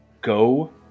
go